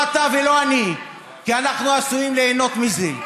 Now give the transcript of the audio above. לא אתה ולא אני, כי אנחנו עשויים ליהנות מזה.